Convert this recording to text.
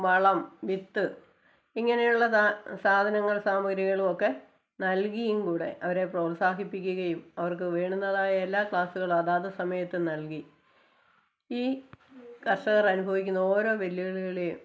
വളം വിത്ത് ഇങ്ങനെയുള്ള ധാ സാധനങ്ങള് സമഗ്രഹികളുമൊക്കെ നല്കിയും കൂടെ അവരെ പ്രോത്സാഹിപ്പിക്കുകയും അവര്ക്ക് വേണ്ടുന്നതായ എല്ലാ ക്ലാസ്സുകള് അതാതു സമയത്ത് നല്കി ഈ കര്ഷകര് അനുഭവിക്കുന്ന ഓരോ വെല്ലുവിളികളേയും